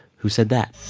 who said that?